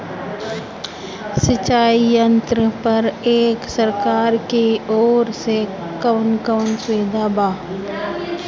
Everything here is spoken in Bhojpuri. सिंचाई यंत्रन पर एक सरकार की ओर से कवन कवन सुविधा बा?